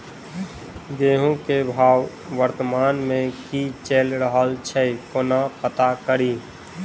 गेंहूँ केँ भाव वर्तमान मे की चैल रहल छै कोना पत्ता कड़ी?